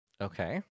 Okay